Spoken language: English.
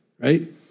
right